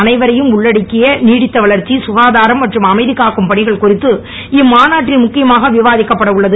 அனைவரையும் உள்ளடக்கிய நீடித்த வளர்ச்சி சுகாதாரம் மற்றும் அமைதி காக்கும் பணிகள் குறித்து இம்மாநாட்டில் முக்கியமாக விவாதிக்கப்பட உள்ளது